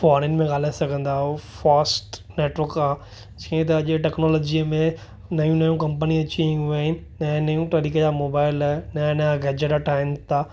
foreign में ॻाल्हाए सघंदा आहियो फास्ट नेटवर्क आहे जीअं त अॼ जी टेक्नालॉजीअ में नयूं नयूं कम्पनियूं अची वियूं आहिनि नयूं नयूं तरीक़े जा मोबाइल नयां नयां गैजेट ठाहिनि था